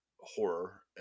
horror